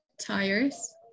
tires